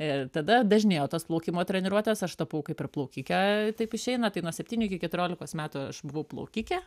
ir tada dažnėjo tas plaukimo treniruotės aš tapau kaip ir plaukike taip išeina tai nuo septynių iki keturiolikos metų aš buvau plaukikė